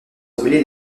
appelés